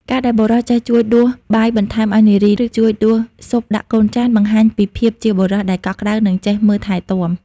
ការដែលបុរសចេះជួយដួសបាយបន្ថែមឱ្យនារី ឬជួយដួសស៊ុបដាក់កូនចាន បង្ហាញពីភាពជាបុរសដែលកក់ក្ដៅ និងចេះមើលថែទាំ។